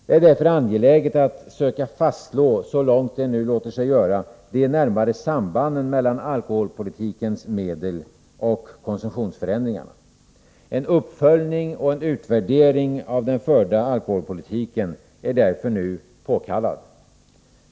Det är därför angeläget att — så långt det låter sig göras — söka fastslå de närmare sambanden mellan alkoholpolitikens medel och konsumtionsförändringarna. En uppföljning och utvärdering av den förda alkoholpolitiken är därför nu påkallad.